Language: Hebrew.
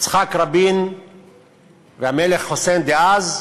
יצחק רבין והמלך חוסיין, אז,